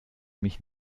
mich